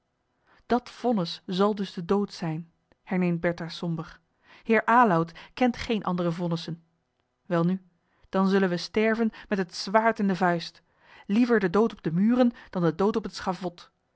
dat vonnis zal dus de dood zijn herneemt bertha somber heer aloud kent geene andere vonnissen welnu dan zullen we sterven met het zwaard in de vuist liever den dood op de muren dan den dood op het schavot